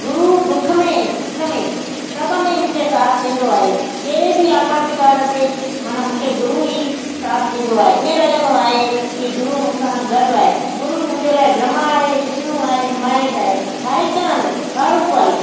गुरू दुख में सुख में सभु में मूंखे साथ ॾींदो आहे कहिड़े बि आपती काल ते माना मूंखे गुरू ई साथ ॾींदो आहे ईअं लॻंदो आहे की गुरु मूं सां गॾु आहे गुरू मुंहिंजे लाइ ब्रह्मा आहे विष्णु आहे महेश आहे हर हिकु हंधि हर पल